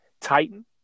Titan